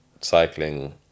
cycling